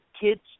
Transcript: kids